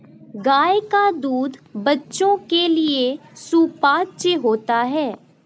गाय का दूध बच्चों के लिए सुपाच्य होता है